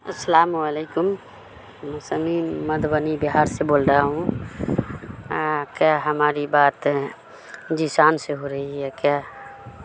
السلام علیکم مسمین مدھبنی بہار سے بول رہا ہوں کیا ہماری بات جیشان سے ہو رہی ہے کیا